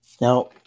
Now